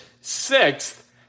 sixth